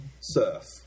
surf